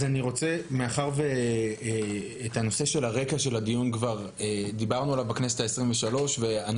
מאחר שדיברנו כבר על הרקע לדיון בכנסת ה-23 ואני